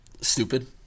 Stupid